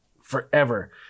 forever